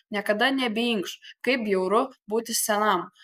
niekada nebeinkš kaip bjauru būti senam